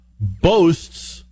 boasts